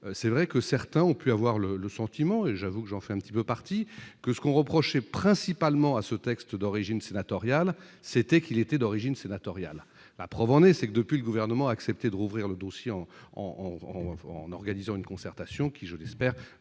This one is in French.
c'est vrai que certains ont pu avoir le le sentiment et j'avoue que j'en fais un petit peu partis que ce qu'on reprochait principalement à ce texte d'origine sénatoriale, c'était qu'il était d'origine sénatoriale, à preuve en est c'est que depuis le gouvernement a accepté de rouvrir le dossier en en en en organisant une concertation qui je l'espère,